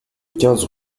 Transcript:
quinze